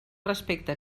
respecte